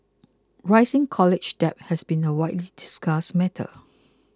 rising college debt has been a widely discussed matter